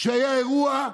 כשהיה אירוע,